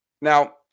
Now